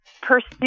pursue